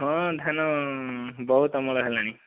ହଁ ଧାନ ବହୁତ ଅମଳ ହେଲାଣି